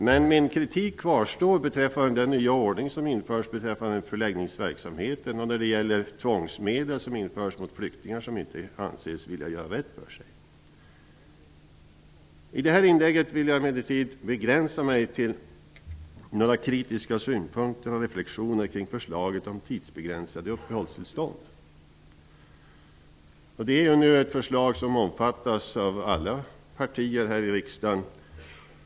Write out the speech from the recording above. Men min kritik kvarstår beträffande den nya ordning som införs för förläggningsverksamheten och när det gäller tvångsmedel som införs mot flyktingar som inte anses vilja göra rätt för sig. I det här inlägget vill jag emellertid begränsa mig till några kritiska synpunkter och reflexioner kring förslaget om tidsbegränsade uppehållstillstånd. Det är ett förslag som numera omfattas av alla partier här i riksdagen.